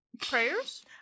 prayers